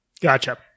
Gotcha